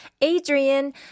Adrian